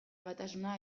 batasuna